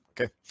Okay